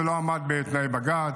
זה לא עמד בתנאי בג"ץ,